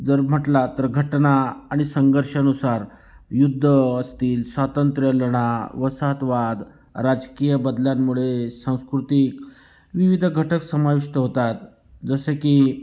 जर म्हटला तर घटना आणि संघर्षानुसार युद्ध असतील स्वातंत्र्यलढा वसाहतवाद राजकीय बदलांमुळे सांस्कृतिक विविध घटक समाविष्ट होतात जसे की